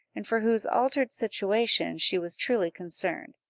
and for whose altered situation she was truly concerned,